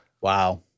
Wow